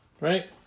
right